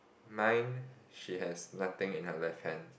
mine she has nothing in her left hand